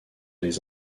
les